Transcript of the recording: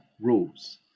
rules